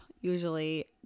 usually